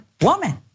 woman